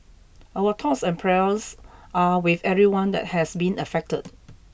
our thoughts and prayers are with everyone that has been affected